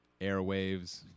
airwaves